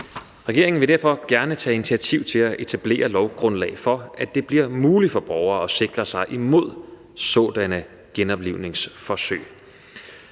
Regeringen vil derfor gerne tage initiativ til at etablere et lovgrundlag for, at det bliver muligt for borgere at sikre sig imod sådanne genoplivningsforsøg.